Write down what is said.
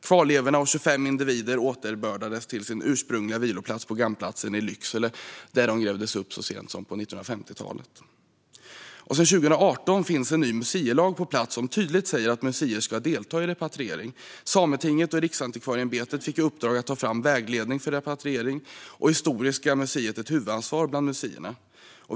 Kvarlevorna av 25 individer återbördades till sin ursprungliga viloplats på Gammplatsen i Lycksele, där de grävdes upp så sent som på 1950-talet. Sedan 2018 finns det på plats en ny museilag som tydligt säger att museer ska delta i repatriering. Sametinget och Riksantikvarieämbetet fick i uppdrag att ta fram vägledning för repatriering, och Historiska museet fick ett huvudansvar bland museerna.